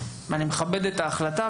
אני מכבד את ההחלטה,